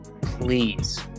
please